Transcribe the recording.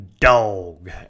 dog